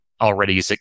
already